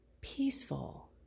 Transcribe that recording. peaceful